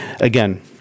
Again